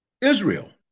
israel